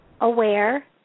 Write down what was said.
aware